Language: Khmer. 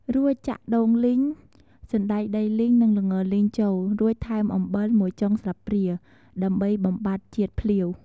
រួចចាក់ដូងលីង សណ្តែកដីលីង និងល្ងលីងចូល រួចថែមអំបិល ១ចុងស្លាបព្រា ដើម្បីបំបាត់ជាតិភ្លាវ។